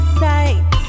sight